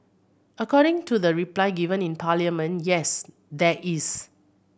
according to the reply given in Parliament yes there is